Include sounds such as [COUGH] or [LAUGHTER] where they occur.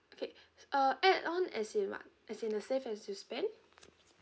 okay [NOISE] uh add on as in what as in the save as you spend